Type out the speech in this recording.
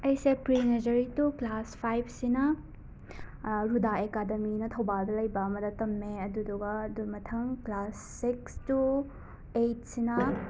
ꯑꯩꯁꯦ pre-nursery to class ꯐꯥꯏꯞꯁꯤꯅ ꯔꯨꯗꯥ ꯑꯦꯀꯥꯗꯃꯤꯅ ꯊꯧꯕꯥꯜꯗ ꯂꯩꯕ ꯑꯃꯗ ꯇꯝꯃꯦ ꯑꯗꯨꯗꯨꯒ ꯑꯗꯨ ꯃꯊꯪ ꯀ꯭ꯂꯥꯁ ꯁꯤꯛꯁ ꯇꯨ ꯑꯩꯠꯁꯤꯅ